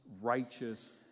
righteous